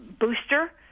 booster